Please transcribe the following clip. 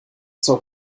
zur